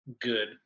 good